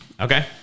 Okay